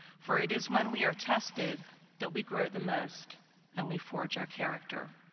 for it is when we are tested that we grow the most and we forge our character.